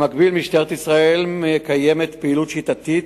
במקביל משטרת ישראל מקיימת פעילות שיטתית,